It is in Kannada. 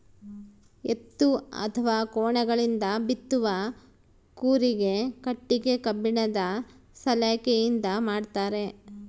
ಎತ್ತು ಅಥವಾ ಕೋಣಗಳಿಂದ ಬಿತ್ತುವ ಕೂರಿಗೆ ಕಟ್ಟಿಗೆ ಕಬ್ಬಿಣದ ಸಲಾಕೆಯಿಂದ ಮಾಡ್ತಾರೆ